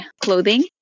clothing